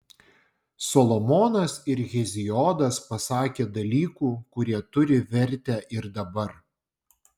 solomonas ir heziodas pasakė dalykų kurie turi vertę ir dabar